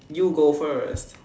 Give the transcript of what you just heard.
you go first